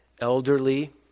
elderly